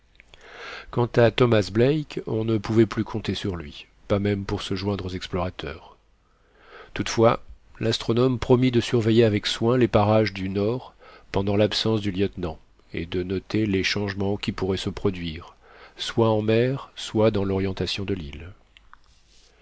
quant à thomas black on ne pouvait plus compter sur lui pas même pour se joindre aux explorateurs toutefois l'astronome promit de surveiller avec soin les parages du nord pendant l'absence du lieutenant et de noter les changements qui pourraient se produire soit en mer soit dans l'orientation de l'île